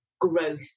growth